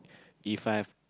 If I have